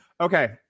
Okay